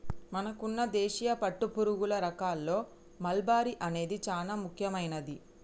మనకున్న దేశీయ పట్టుపురుగుల రకాల్లో మల్బరీ అనేది చానా ముఖ్యమైనది